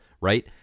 right